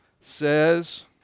says